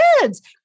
kids